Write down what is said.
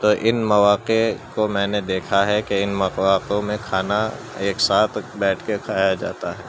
تو ان مواقع کو میں نے دیکھا ہے کہ ان مواقعوں میں کھانا ایک ساتھ بیٹھ کے کھایا جاتا ہے